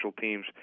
teams